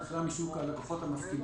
היא מתחילה משוק הלקוחות המפקידים.